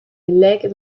gelijke